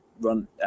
run